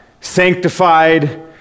sanctified